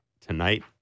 tonight